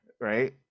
Right